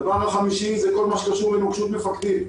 הדבר החמישי זה כל מה שקשור לנוקשות מפקדים.